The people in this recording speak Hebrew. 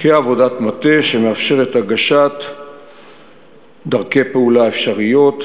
כעבודת מטה שמאפשרת הגשת דרכי פעולה אפשריות,